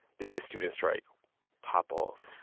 did this student strike pop off?